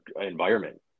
environment